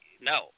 No